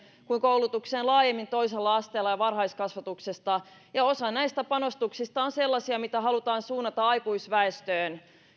kuin koulutukseen laajemmin toisella asteella ja varhaiskasvatuksessa osa näistä panostuksista on sellaisia mitä halutaan suunnata aikuisväestöön